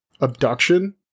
abduction